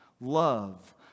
Love